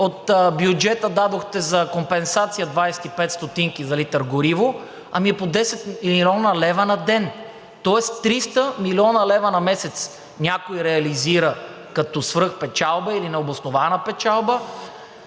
от бюджета дадохте за компенсация 25 стотинки на литър гориво, ами е по 10 млн. лв. на ден, тоест 300 млн. лв. на месец някой реализира като свръхпечалба или необоснована печалба,